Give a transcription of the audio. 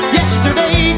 yesterday